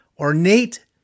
ornate